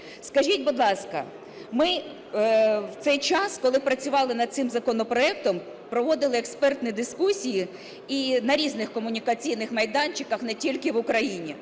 Скажіть, будь ласка, ми в цей час, коли працювали над цим законопроектом, проводили експертні дискусії на різних комунікаційних майданчиках, не тільки в Україні.